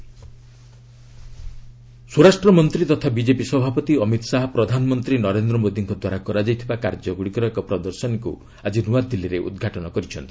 exhibition PM ସ୍ୱରାଷ୍ଟ୍ର ମନ୍ତ୍ରୀ ତଥା ବିଜେପି ସଭାପତି ଅମିତ୍ ଶାହା ପ୍ରଧାନମନ୍ତ୍ରୀ ନରେନ୍ଦ୍ର ମୋଦିଙ୍କ ଦ୍ୱାରା କରାଯାଇଥିବା କାର୍ଯ୍ୟଗ୍ରଡ଼ିକର ଏକ ପ୍ରଦର୍ଶନୀକ୍ର ଆକି ନୂଆଦିଲ୍ଲୀରେ ଉଦ୍ଘାଟନ କରିଛନ୍ତି